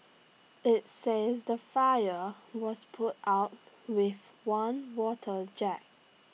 IT says the fire was put out with one water jet